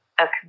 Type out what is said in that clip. Okay